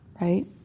Right